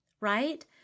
right